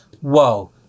whoa